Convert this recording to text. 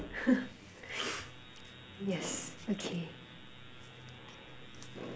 yes okay